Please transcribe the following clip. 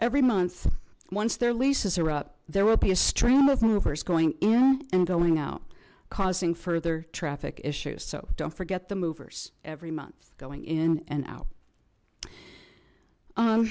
every month once their leases are up there will be a stream of new first going in and going out causing further traffic issues so don't forget the movers every month going in and out